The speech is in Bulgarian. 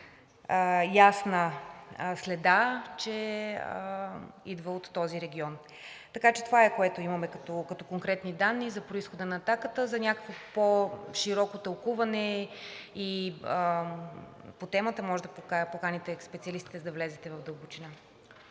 ясна следа, че идва от този регион. Така че това е, което имаме като конкретни данни за произхода на атаката, а за някакво по-широко тълкуване по темата можете да поканите специалистите и да влезете в дълбочина.